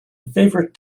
favorite